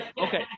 Okay